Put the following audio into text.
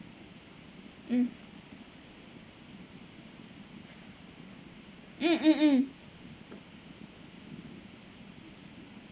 mm mm mm mm